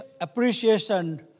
appreciation